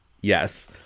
Yes